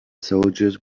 soldiers